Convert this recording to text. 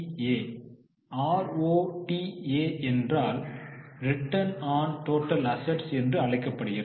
எ ROTA என்றால் return on total assets என்று அழைக்கப்படுகிறது